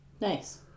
Nice